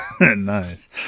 nice